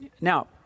Now